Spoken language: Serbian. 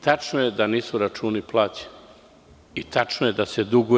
Tačno je da nisu računi plaćeni i tačno je da se duguje.